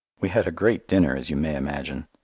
we had a great dinner, as you may imagine.